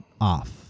off